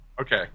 Okay